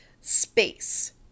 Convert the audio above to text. space